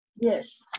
yes